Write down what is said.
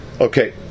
Okay